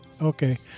Okay